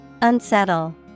Unsettle